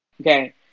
Okay